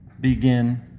begin